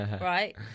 right